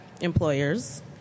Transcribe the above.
employers